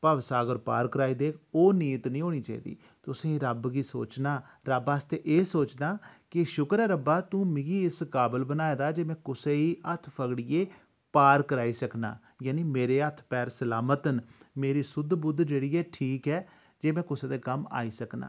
भवसागर पार कराई देग ओह् नियत नेईं होनी चाहिदी तुसें गी रब गी सोचना रब आस्तै एह् सोचना कि शुक्र ऐ रब्बा कि तूं मिगी इस काबल बनाए दा जे में कुसै गी हत्थ फगड़ियै पार कराई सकना जानी मेरे हत्थ पैर सलामत न मेरी सुद्ध बुद्ध जेह्ड़ी ऐ ठीक ऐ जे में कुसै दे कम्म आई सकना